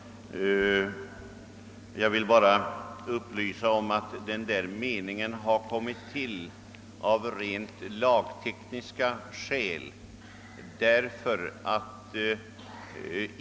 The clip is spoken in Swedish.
Jag vill upplysa om att denna mening kommit till av rent lagtekniska skäl.